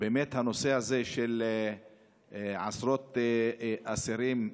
הנושא הזה של עשרות אסירים,